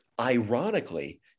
ironically